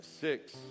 six